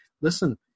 Listen